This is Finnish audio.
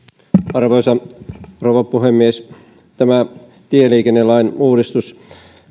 arvoisa rouva puhemies tämä tieliikennelain uudistus